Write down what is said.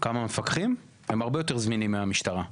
הם הרבה יותר זמינים מהמשטרה.